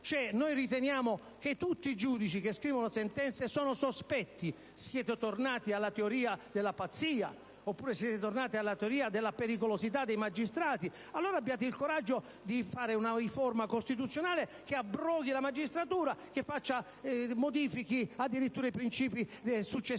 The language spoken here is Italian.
forse che tutti i giudici che scrivono sentenze siano sospetti? Siete tornati alla teoria della pazzia, oppure siete tornati alla teoria della pericolosità dei magistrati? Allora abbiate il coraggio di fare una riforma costituzionale che abroghi la magistratura e modifichi addirittura i principi successivi